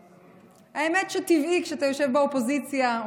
והאמת היא שטבעי שכשאתה יושב באופוזיציה,